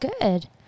good